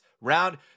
round